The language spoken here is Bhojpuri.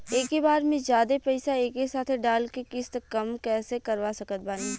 एके बार मे जादे पईसा एके साथे डाल के किश्त कम कैसे करवा सकत बानी?